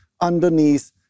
underneath